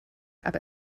aber